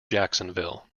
jacksonville